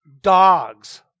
dogs